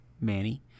Manny